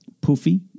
poofy